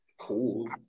cool